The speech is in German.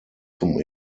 zum